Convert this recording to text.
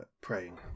praying